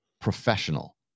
professional